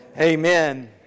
amen